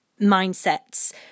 mindsets